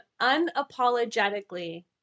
unapologetically